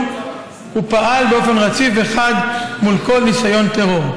ופעל באופן רציף וחד מול כל ניסיון טרור.